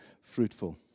fruitful